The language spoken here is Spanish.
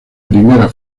primera